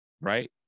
right